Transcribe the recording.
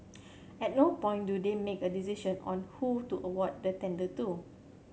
at no point do they make a decision on who to award the tender to